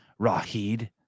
Rahid